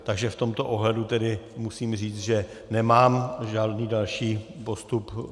Takže v tomto ohledu musím říct, že nemám žádný další postup.